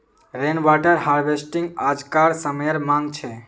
rain water harvesting आज्कार समयेर मांग छे